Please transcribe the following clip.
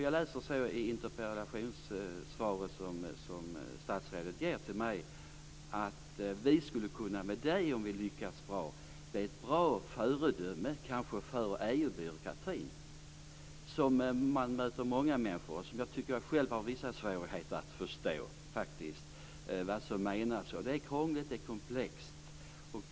Jag läser i interpellationssvaret som statsrådet ger till mig att vi, om vi lyckas bra med det, skulle kunna bli ett bra föredöme för EU-byråkratin. Man möter många människor som liksom jag själv faktiskt har vissa svårigheter att förstå vad som menas. Det är krångligt och det är komplext.